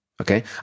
okay